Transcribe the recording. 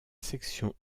section